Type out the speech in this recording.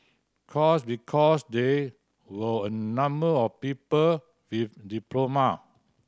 course because they were a number of people with diploma